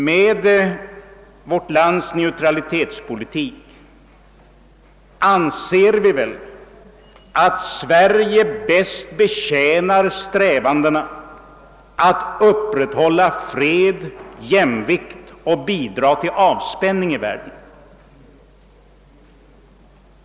Med vårt lands neutralitetspolitik avser vi väl att på bästa sätt främja strävandena att upprätthålla fred och jämvikt och bidra till avspänning i världen.